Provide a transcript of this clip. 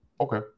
okay